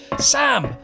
Sam